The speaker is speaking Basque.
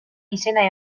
izena